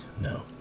No